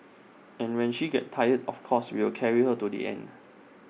and when she gets tired of course we'll carry her to the end